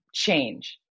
change